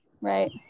right